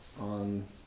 on